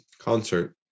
Concert